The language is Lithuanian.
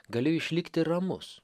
galiu išlikti ramus